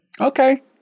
Okay